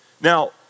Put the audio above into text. Now